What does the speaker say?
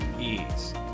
ease